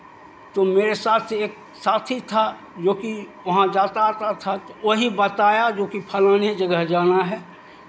तो मेरे साथ एक साथी था जो कि वहाँ जाता आता था वही बताया जो कि फलाने जगह जाना है